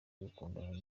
gukundana